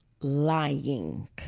lying